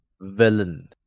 villain